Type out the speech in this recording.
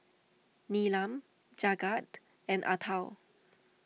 Neelam Jagat and Atal